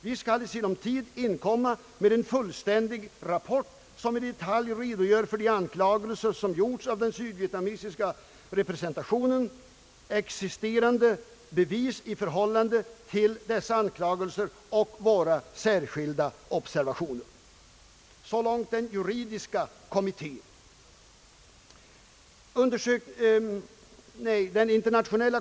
Vi skall i sinom tid inkomma med en fullständig rapport som i detali redo gör för de anklagelser som gjorts av den sydvietnamesiska representantionen, för existerande bevis i förhållande till dessa anklagelser och för våra särskilda observationer.” Så långt den juridiska kommittén.